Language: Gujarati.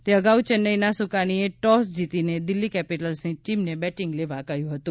તે અગાઉ ચેન્નાઈના સુકાનીએ ટોસ જીતીને દિલ્હી કેપીટલની ટીમને બેટીંગ લેવા કહયું હતું